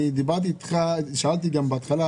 אני שאלתי גם בהתחלה,